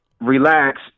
relax